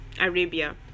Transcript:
Arabia